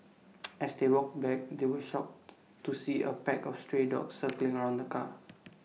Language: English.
as they walked back they were shocked to see A pack of stray dogs circling around the car